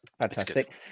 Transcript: Fantastic